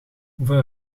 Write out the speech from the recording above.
hoeveel